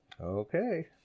Okay